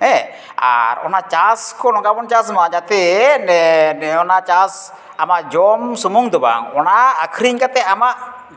ᱦᱮᱸ ᱟᱨ ᱚᱱᱟ ᱪᱟᱥ ᱠᱚ ᱱᱚᱝᱠᱟᱵᱚᱱ ᱪᱟᱥ ᱢᱟ ᱡᱟᱛᱮ ᱚᱱᱟ ᱪᱟᱥ ᱟᱢᱟᱜ ᱡᱚᱢ ᱥᱩᱢᱩᱱ ᱫᱚ ᱵᱟᱝ ᱚᱱᱟ ᱟᱠᱷᱨᱤᱧ ᱠᱟᱛᱮᱫ ᱟᱢᱟᱜ